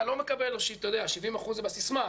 אתה לא מקבל 70% זה בסיסמא,